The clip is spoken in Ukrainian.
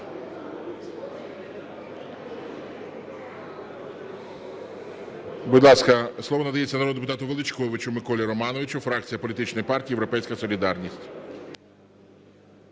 Будь ласка, слово надається народному депутату Величковичу Миколі Романовичу, фракція політичної партії "Європейська солідарність".